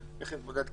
איך להתמודד קדימה.